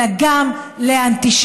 אלא גם לאנטישמיות.